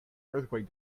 earthquake